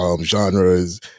Genres